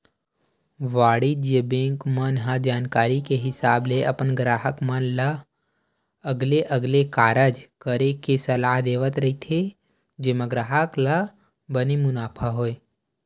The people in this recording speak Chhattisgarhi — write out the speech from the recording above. वाणिज्य बेंक मन ह जानकारी के हिसाब ले अपन गराहक मन ल अलगे अलगे कारज करे के सलाह देवत रहिथे जेमा ग्राहक ल बने मुनाफा होय